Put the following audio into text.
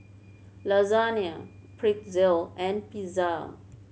Lasagne Pretzel and Pizza